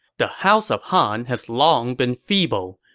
the house of han has long been feeble.